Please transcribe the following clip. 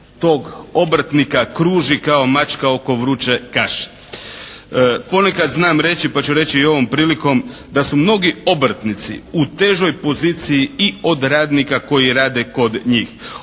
tog obrtnika kruži kao mačka oko vruče kaše. Ponekad znam reći pa ću reći i ovom prilikom da su mnogi obrtnici u težoj poziciji i od radnika koji rade kod njih.